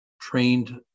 trained